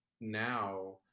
now